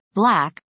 black